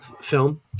film